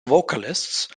vocalists